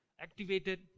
activated